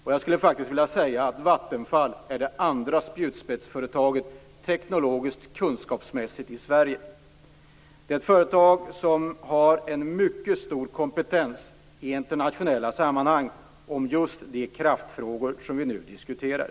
Jag skulle faktiskt vilja säga att Vattenfall är det andra spjutspetsföretaget teknologiskt och kunskapsmässigt i Sverige. Det är ett företag som har en mycket stor kompetens i internationella sammanhang när det gäller de kraftfrågor som vi nu diskuterar.